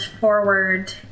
forward